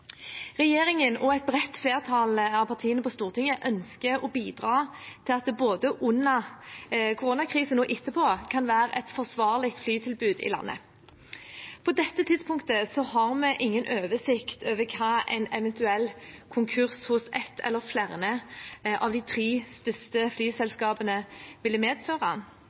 Regjeringen og et bredt flertall av partiene på Stortinget ønsker å bidra til at det både under koronakrisen og etterpå kan være et forsvarlig flytilbud i landet. På dette tidspunktet har vi ingen oversikt over hva en eventuell konkurs hos ett eller flere av de tre største flyselskapene vil medføre.